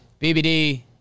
BBD